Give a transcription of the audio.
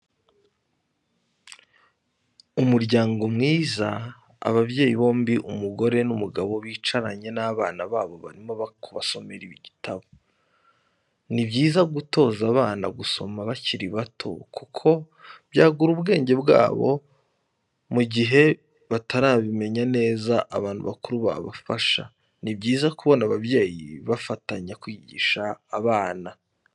Umuryango mwiza ababyeyi bombi umugore n'umugabo bicaranye n'abana babo barimo kubasomera igitabo, ni byiza gutoza abana gusoma bakiri bato kuko byagura ubwenge bwabo mu gihe batarabimenya neza abantu bakuru babafasha, ni byiza kubona ababyeyi bafatanya kwigisha abana.